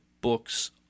books